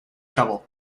shovel